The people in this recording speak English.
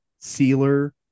Sealer